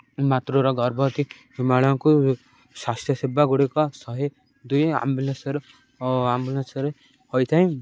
ମାତୃର ଗର୍ଭବତୀ ମହିଳାଙ୍କୁ ସ୍ୱାସ୍ଥ୍ୟ ସେବାଗୁଡ଼ିକ ଶହେ ଦୁଇ ଆମ୍ବୁଲେନ୍ସ୍ର ଆମ୍ବୁଲେନ୍ସ୍ରେ ହୋଇଥାଏ